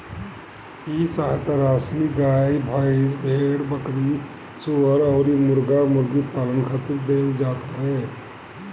इ सहायता राशी गाई, भईस, भेड़, बकरी, सूअर अउरी मुर्गा मुर्गी पालन खातिर देहल जात हवे